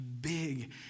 big